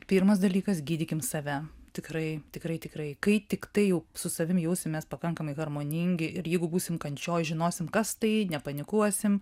pirmas dalykas gydykim save tikrai tikrai tikrai kai tiktai jau su savim jausimės pakankamai harmoningi ir jeigu būsim kančioj žinosim kas tai nepanikuosim